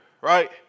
right